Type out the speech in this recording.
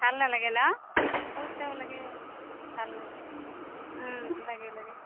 ভাল নালাগে ন পইচাও লাগে ভাল নালাগে লাগে লাগে